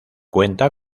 cuenta